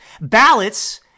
ballots